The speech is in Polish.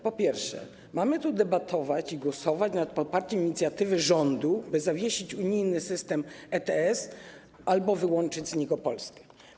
Po pierwsze, mamy tu debatować i głosować nad poparciem inicjatywy rządu, by zawiesić unijny system ETS albo wyłączyć z niego Polskę.